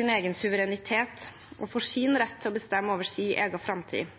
sin egen suverenitet og sin rett til å bestemme over sin egen framtid.